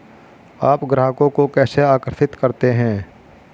आप ग्राहकों को कैसे आकर्षित करते हैं?